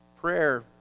prayer